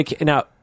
Now